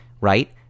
right